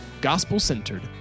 gospel-centered